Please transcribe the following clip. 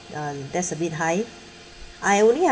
um that's a bit high I only have